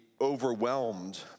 overwhelmed